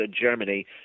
Germany